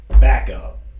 backup